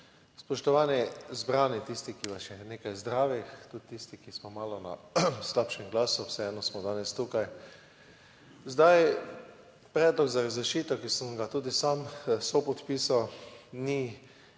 Spoštovani zbrani! Tisti, ki vas je nekaj zdravih, tudi tisti, ki smo malo na slabšem glasu, vseeno smo danes tukaj. Zdaj, predlog za razrešitev, ki sem ga tudi sam sopodpisal, ni